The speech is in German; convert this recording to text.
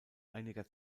einer